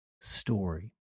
story